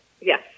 Yes